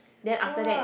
then after that